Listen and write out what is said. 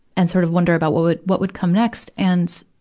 and sort of wonder about what would what would come next. and,